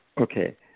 Okay